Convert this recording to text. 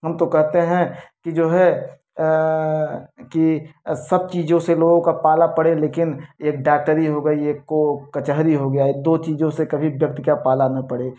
हम तो कहते हैं कि जो है कि सब चीजों से लोगों का पाला पड़े लेकिन एक डॉक्टरी हो गई एक को कचहरी हो गया ये दो चीजों से कभी व्यक्ति का पाला न पड़े